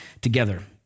together